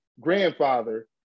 grandfather